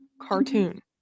cartoon